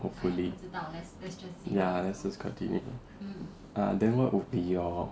hopefully ya let's just continue ah then what will be your